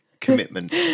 commitment